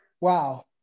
wow